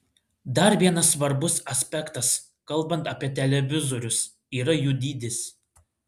dar vienas svarbus aspektas kalbant apie televizorius yra jų dydis